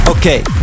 Okay